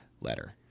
letter